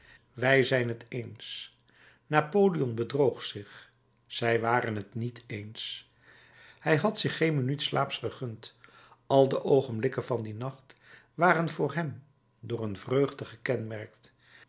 wij zijn het eens napoleon bedroog zich zij waren t niet eens hij had zich geen minuut slaaps gegund al de oogenblikken van dien nacht waren voor hem door een vreugde gekenmerkt